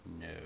No